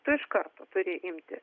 tu iš karto turi imti